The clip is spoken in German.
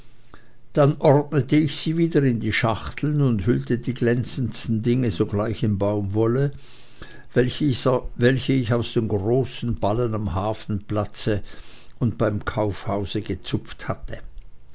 dann ordnete ich sie wieder in die schachteln und hüllte die glänzendsten dinge sorglich in baumwolle welche ich aus den grollen ballen am hafenplatze und beim kaufhause gezupft hatte